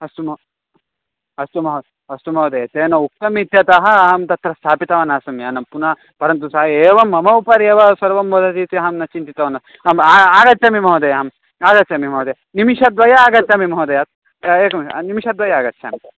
अस्तु मो अस्तु महोदया अस्तु महोदया तेन उक्तम् इत्यतः अहं तत्र स्थापितवान् आसं यानं पुन परन्तु सः एव मम उपरि एव सर्वं वदति इति अहं न चिन्तितवान् अहं आ आगच्छामि महोदया अं आगच्छामि महोदया निमिषद्वये आगच्छामि महोदयाएकं निमिषद्वये आगच्छामि